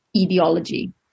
ideology